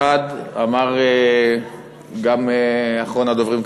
1. אמר גם אחרון הדוברים כרגע,